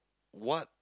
what